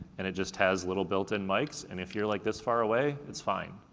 and it just has little built-in mikes, and if you're like this far away, it's fine.